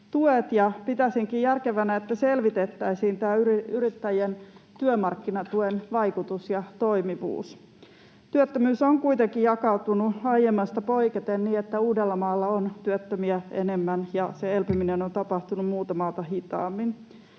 ja pitäisinkin järkevänä, että selvitettäisiin yrittäjien työmarkkinatuen vaikutus ja toimivuus. Työttömyys on kuitenkin jakautunut aiemmasta poiketen niin, että Uudellamaalla on työttömiä enemmän ja elpyminen on tapahtunut muuta maata hitaammin.